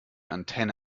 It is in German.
antenne